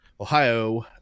ohio